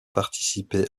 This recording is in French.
participé